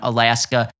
Alaska